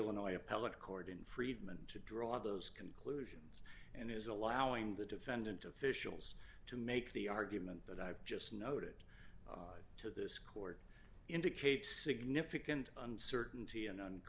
appellate court in friedman to draw those conclusions and is allowing the defendant officials to make the argument that i've just noted to this court indicate significant uncertainty and